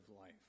life